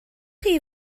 chi